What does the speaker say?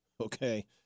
Okay